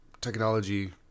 technology